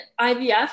IVF